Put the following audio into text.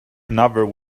another